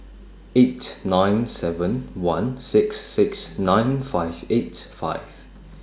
eight nine seven one six six nine five eight five